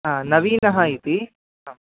हा नवीनः इति आं